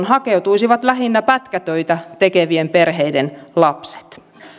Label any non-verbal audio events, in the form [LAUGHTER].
[UNINTELLIGIBLE] hakeutuisivat lähinnä pätkätöitä tekevien perheiden lapset